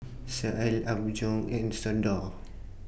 Sealy Apgujeong and Xndo